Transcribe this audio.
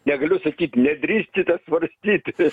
negaliu sakyt nedrįskite svarstyti